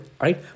right